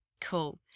Cool